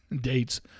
dates